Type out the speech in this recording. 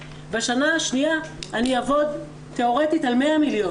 בשנה השניה אני אעבוד תיאורטית על 100 מיליון.